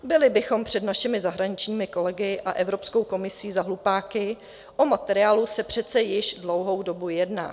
Byli bychom před našimi zahraničními kolegy a Evropskou komisí za hlupáky, o materiálu se přece již dlouhou dobu jedná.